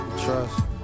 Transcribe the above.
trust